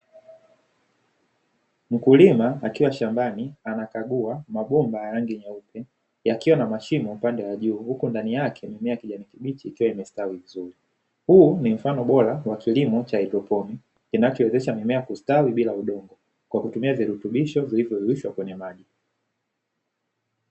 Mkulima akiwa shambani anakagua mabomba ya rangi nyeupe yakiwa na mashimo upande wa juu huko ndani yake dunia ya kijamii ikiwa imestawi vizuri huu ni mfano bora kilimo cha haydroponi kinachowezesha mimea kustawi bila udongo kwa kutumia virutubisho kuliko rushwa kwenye maji.